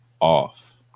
off